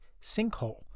sinkhole